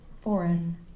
foreign